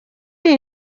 iyi